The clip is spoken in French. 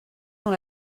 dans